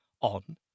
on